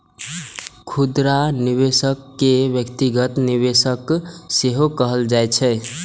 खुदरा निवेशक कें व्यक्तिगत निवेशक सेहो कहल जाइ छै